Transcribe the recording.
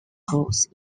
goals